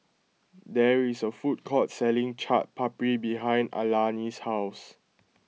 there is a food court selling Chaat Papri behind Alani's house